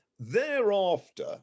thereafter